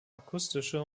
akustische